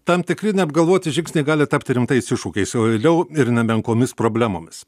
tam tikri neapgalvoti žingsniai gali tapti rimtais iššūkiais o vėliau ir nemenkomis problemomis